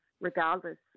regardless